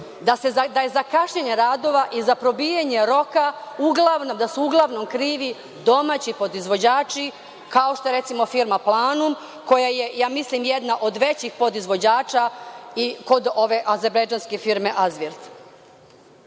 da je za kašnjenje radova i za probijanje roka da su uglavnom krivi domaći podizvođači, kao što je recimo firma „Planum“ koja je, mislim, jedna od većih podizvođača i kod ove azerbejdžanske firme. Naravno,